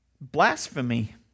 Blasphemy